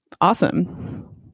Awesome